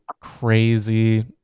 crazy